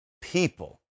people